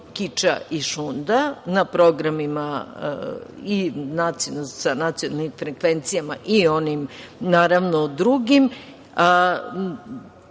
kiča i šunda na programima sa nacionalnim frekvencijama i onim drugim.